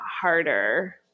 harder